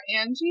Angie